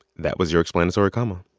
that was your explanatory comma